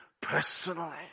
personally